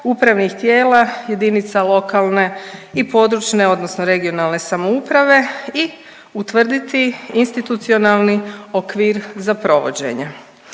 upravnih tijela jedinica lokalne i područne odnosno regionalne samouprave i utvrditi institucionalni okvir za provođenje.